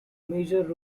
major